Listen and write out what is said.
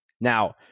Now